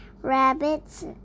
rabbits